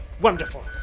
Wonderful